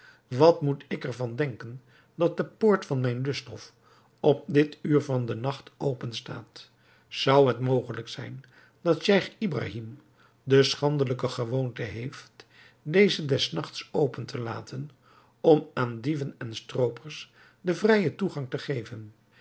wat moet ik er van denken dat de poort van mijn lusthof op dit uur van den nacht open staat zou het mogelijk zijn dat scheich ibrahim de schandelijke gewoonte heeft deze des nachts open te laten om aan dieven en stroopers den vrijen toegang te geven